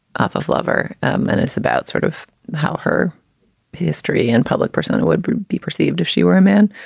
off of lover, and it's about sort of how her history and public persona would be perceived if she were a man.